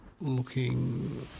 looking